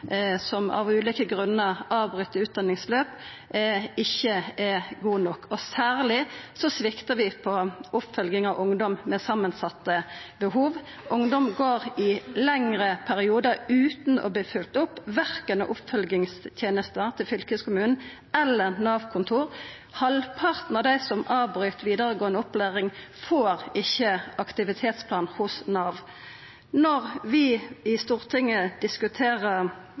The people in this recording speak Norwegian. som av ulike grunnar avbryt utdanningsløpet, ikkje er gode nok, og særleg sviktar oppfølginga av ungdom med samansette behov. Ungdom går i lengre periodar utan å verta følgde opp, korkje av oppfølgingstenesta til fylkeskommunen eller Nav-kontoret. Halvparten av dei som avbryt vidaregåande opplæring, får ikkje aktivitetsplan hos Nav. Når vi i Stortinget diskuterer